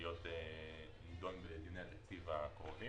להיות נידון בדיוני התקציב הקרובים.